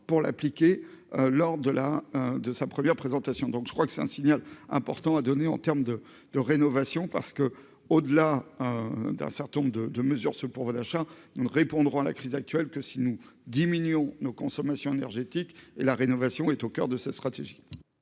pour l'appliquer lors de la de sa première présentation, donc je crois que c'est un signal important a donner en terme de de rénovation parce que, au-delà d'un certain nombre de mesures ce pour d'achat une répondront à la crise actuelle que si nous diminuons nos consommations énergétiques et la rénovation est au coeur de sa stratégie.